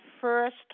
first